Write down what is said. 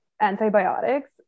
antibiotics